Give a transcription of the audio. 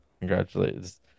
Congratulations